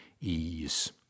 ease